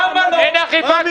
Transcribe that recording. ------ יודע.